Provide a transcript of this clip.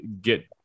get